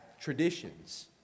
traditions